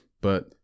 But-